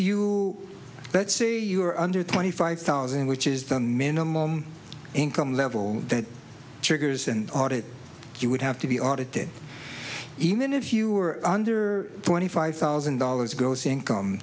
you see you are under twenty five thousand which is the minimum income level that triggers an audit you would have to be audited even if you were under twenty five thousand dollars gross income